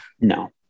No